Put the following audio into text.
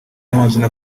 n’amazina